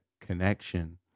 connection